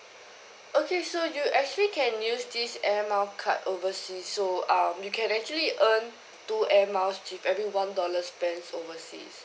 okay so you actually can use this air miles card overseas so um you can actually earn two air miles with every one dollar spent overseas